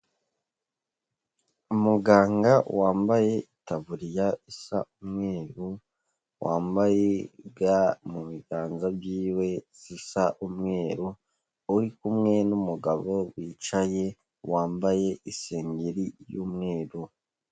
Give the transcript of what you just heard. Umuganga wambaye itaburiya isa umweru, wambaye ga mu biganza byiwe zisa umweru, uri kumwe n'umugabo wicaye wambaye isengeri y'umweru.